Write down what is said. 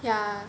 yeah